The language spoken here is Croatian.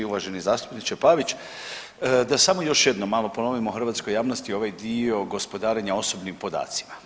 Uvaženi zastupniče Pavić, da samo još jednom malo ponovimo hrvatskoj javnosti ovaj dio gospodarenja osobnim podacima.